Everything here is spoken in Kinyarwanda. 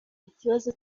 ikibazo